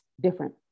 different